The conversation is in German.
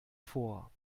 vor